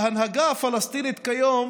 ההנהגה הפלסטינית כיום